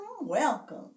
welcome